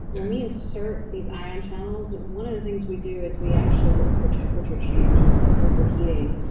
when we insert these ion channels, one of the things we do is we actually look for temperature changes and overheating.